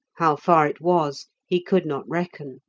how far it was he could not reckon.